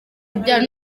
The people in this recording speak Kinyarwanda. urubyaro